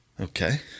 okay